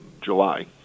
July